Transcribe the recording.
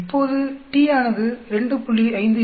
இப்போது t ஆனது 2